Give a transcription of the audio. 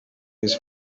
his